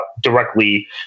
directly